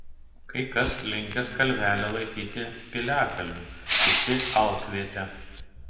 kai kas linkęs kalvelę laikyti piliakalniu kiti alkviete